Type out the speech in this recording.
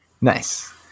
Nice